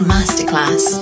Masterclass